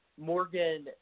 Morgan